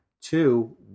Two